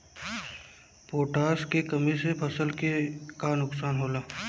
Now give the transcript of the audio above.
Potash के कमी से फसल के का नुकसान होला?